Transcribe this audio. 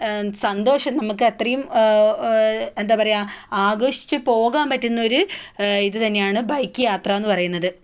സന്തോഷം നമുക്ക് അത്രയും എന്താ പറയാ ആഘോഷിച്ചു പോകാൻ പറ്റുന്ന ഒരു ഇതു തന്നെയാണ് ബൈക്ക് യാത്ര എന്ന് പറയുന്നത്